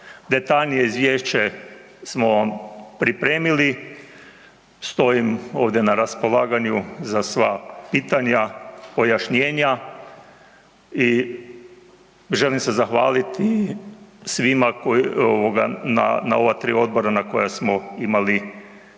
Detaljnije izvješće smo vam pripremili, stojim ovdje na raspolaganju za sva pitanja, pojašnjenja i želim se zahvaliti svima koji, ovoga, na ova tri Odbora na koja smo imali mogućnost,